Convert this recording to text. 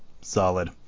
solid